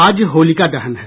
आज होलिका दहन है